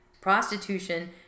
prostitution